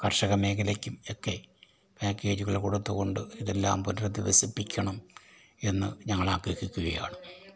കർഷക മേഖലയ്ക്കും എക്കെ പാക്കേജുകൾ കൊടുത്തുകൊണ്ട് ഇതെല്ലാം പുനരധിവസിപ്പിക്കണം എന്ന് ഞങ്ങളാഗ്രഹിക്കുകയാണ്